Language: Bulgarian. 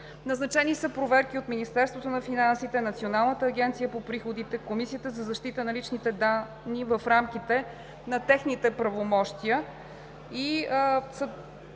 Назначени са проверки от Министерството на финансите, Националната агенция по приходите, Комисията за защита на личните данни в рамките на техните правомощия и се